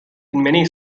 many